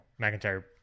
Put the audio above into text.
McIntyre